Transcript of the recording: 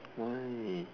why